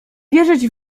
wierzyć